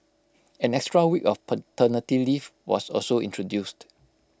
an extra week of paternity leave was also introduced